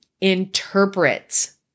interprets